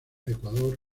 ecuador